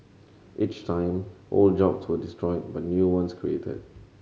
each time old jobs were destroyed but new ones created